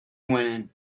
went